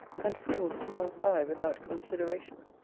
and fools to pass by without consideration.